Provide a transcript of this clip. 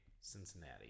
Cincinnati